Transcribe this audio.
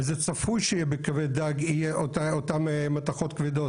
וזה צפוי שכבד דג יהיה אותן מתכות כבדות.